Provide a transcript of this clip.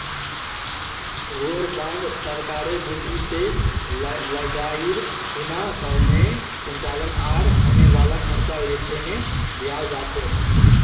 war bond सरकारेर भीति से लडाईर खुना सैनेय संचालन आर होने वाला खर्चा तने दियाल जा छे